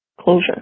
closure